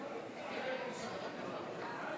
אני מבינה.